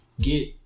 get